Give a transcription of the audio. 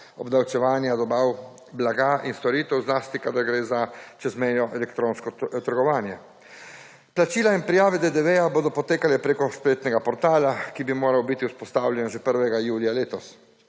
obdavčevanja dobav blaga in storitev, zlasti kadar gre za čezmejno elektronsko trgovanje. Plačila in prijave DDV-ja bodo potekale preko spletnega portala, ki bo moral biti vzpostavljen že 1. julija letos.